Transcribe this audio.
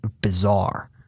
bizarre